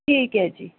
ਠੀਕ ਹੈ ਜੀ